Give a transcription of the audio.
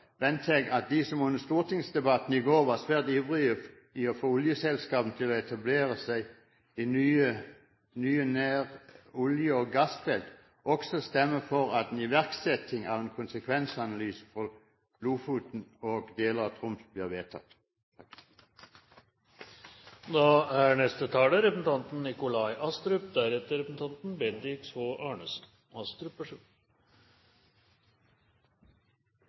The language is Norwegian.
venter at de som under stortingsdebatten i går var svært ivrige etter å få oljeselskapene til å etablere seg nær nye olje- og gassfelt, også stemmer for at en iverksetting av en konsekvensanalyse for Lofoten og deler av Troms blir vedtatt. Petroleumsnæringens betydning for dagens Norge kan ikke undervurderes. Olje og gass er vår største eksportnæring, med leverandørnæringen som en god